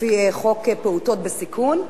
לפי חוק פעוטות בסיכון,